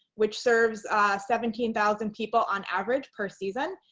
which serves seventeen thousand people on average per season.